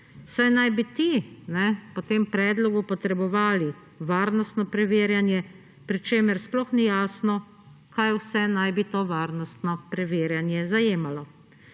saj naj bi ti po tem predlogu potrebovali varnostno preverjanje, pri čemer sploh ni jasno, kaj vse naj bi to varnostno preverjanje zajemalo.